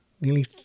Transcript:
nearly